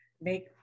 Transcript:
make